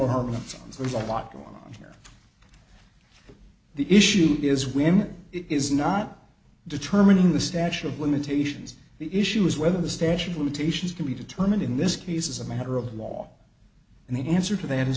so there's a lot wrong here the issue is women it is not determining the statute of limitations the issue is whether the station limitations can be determined in this case is a matter of law and the answer to that